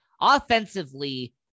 offensively